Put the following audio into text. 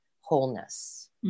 wholeness